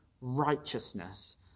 righteousness